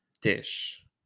dish